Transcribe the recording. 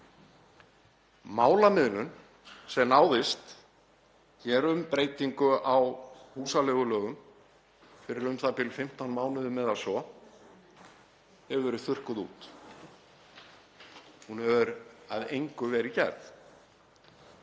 Málamiðlun sem náðist hér um breytingu á húsaleigulögum fyrir u.þ.b. 15 mánuðum eða svo hefur verið þurrkuð út. Hún hefur að engu verið gerð.